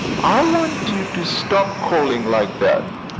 i want you to stop calling like that.